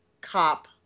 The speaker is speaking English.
cop